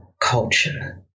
culture